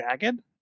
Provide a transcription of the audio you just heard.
Jagged